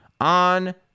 on